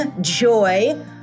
Joy